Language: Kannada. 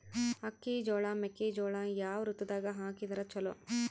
ಅಕ್ಕಿ, ಜೊಳ, ಮೆಕ್ಕಿಜೋಳ ಯಾವ ಋತುದಾಗ ಹಾಕಿದರ ಚಲೋ?